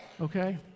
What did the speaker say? okay